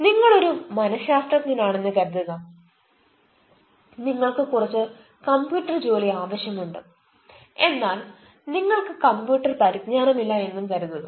നിങ്ങൾ ഒരു മനശാസ്ത്രജ്ഞനാണെന്ന് കരുതുക നിങ്ങൾക്ക് കുറച്ച് കമ്പ്യൂട്ടർ ജോലി ആവശ്യമുണ്ട് എന്നാൽ നിങ്ങൾക്ക് കമ്പ്യൂട്ടർ പരിജ്ഞാനമില്ല എന്നും കരുതുക